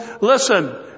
listen